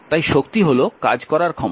তাই শক্তি হল কাজ করার ক্ষমতা